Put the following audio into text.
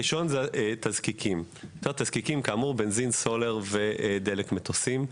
הראשון תזקיקים, כאמור, בנזין, סולר ודלק מטוסים.